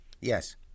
Yes